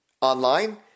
Online